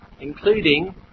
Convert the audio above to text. including